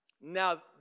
Now